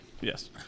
Yes